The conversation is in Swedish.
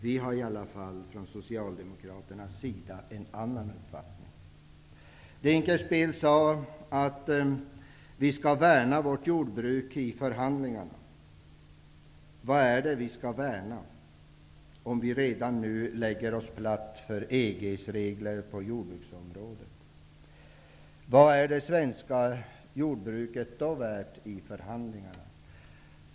Vi Socialdemokrater har i alla fall en annan uppfattning. Ulf Dinkelspiel sade att vi skall värna vårt jordbruk vid förhandlingarna. Vad är det vi skall värna, om vi redan nu lägger oss platt för EG:s regler på jordbruksområdet? Vad är det svenska jordbruket då värt?